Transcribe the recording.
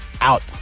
out